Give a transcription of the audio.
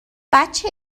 بچه